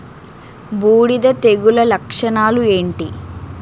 బూడిద తెగుల లక్షణాలు ఏంటి?